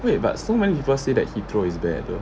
wait but so many people say that heathrow is bad though